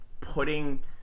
putting